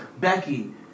Becky